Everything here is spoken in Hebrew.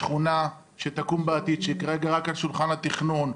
לשכונה שתקום בעתיד שהיא כרגע רק על שולחן התכנון,